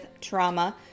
trauma